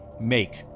make